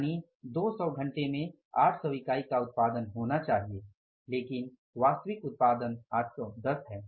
यानि 200 घंटे में 800 इकाई का उत्पादन होना चाहिए लेकिन वास्तविक उत्पादन 810 है